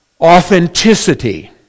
Authenticity